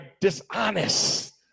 dishonest